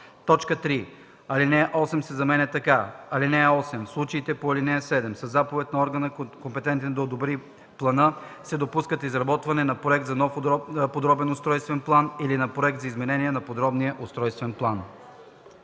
плана”. 3. Алинея 8 се изменя така: „(8) В случаите по ал. 7 със заповед на органа, компетентен да одобри плана, се допуска изработване на проект за нов подробен устройствен план или на проект за изменение на подробния устройствен план.”